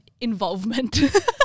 involvement